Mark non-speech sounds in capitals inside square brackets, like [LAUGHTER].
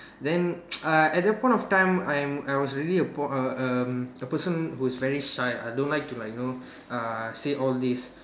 then [NOISE] uh I at that point of time I am I was already a boy a a person who is very shy I don't like you know uh say all these